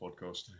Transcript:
podcast